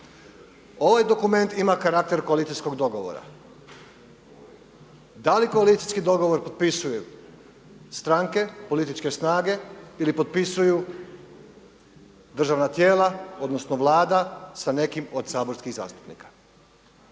Ovaj dokument ima karakter koalicijskog dogovora. Da li koalicijski dogovor potpisuju stranke, političke snage ili potpisuju državna tijela, odnosno Vlada sa nekim od saborskih zastupnika.